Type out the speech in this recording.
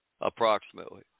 approximately